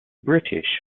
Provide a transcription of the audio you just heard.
british